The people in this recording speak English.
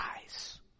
eyes